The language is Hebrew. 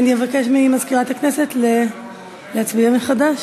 ואני אבקש ממזכירת הכנסת להצביע מחדש.